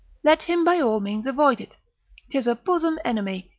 let him by all means avoid it tis a bosom enemy,